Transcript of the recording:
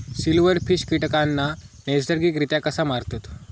Silverfish कीटकांना नैसर्गिकरित्या कसा मारतत?